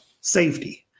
safety